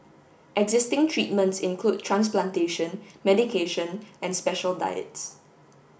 existing treatments include transplantation medication and special diets